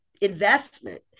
investment